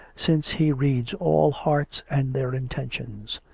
since he reads all hearts and their intentions.